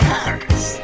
Paris